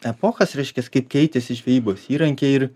epochas reiškias kaip keitėsi žvejybos įrankiai ir